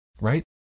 right